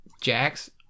Jax